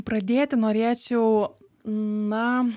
pradėti norėčiau na